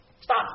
stop